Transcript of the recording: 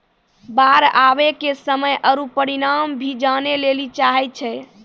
बाढ़ आवे के समय आरु परिमाण भी जाने लेली चाहेय छैय?